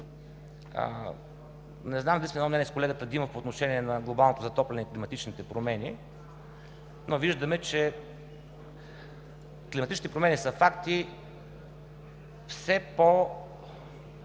Не знам дали сме на едно мнение с колегата Димов по отношение на глобалното затопляне и климатичните промени, но виждаме, че климатичните промени са факт и все по-често